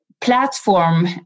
platform